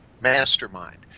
mastermind